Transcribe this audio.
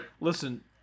listen